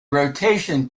rotation